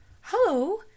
Hello